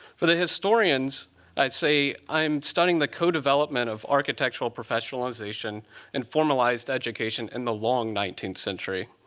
for the historians i say i'm starting the co-development of architectural professionalization and formalized education in the long nineteenth century.